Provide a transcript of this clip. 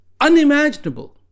unimaginable